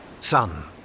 sun